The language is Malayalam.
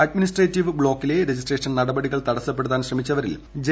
അഡ്മിനിസ്ട്രേറ്റീവ് ബ്ലോക്കിലെ രജിസ്ട്രേഷൻ നടപടികൾ തടസ്സപ്പെടുത്താൻ ശ്രമിച്ചവരിൽ ജെ